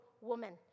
woman